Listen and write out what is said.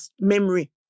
memory